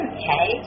okay